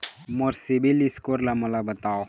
मोर CIBIL score ला मोला बताव?